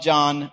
John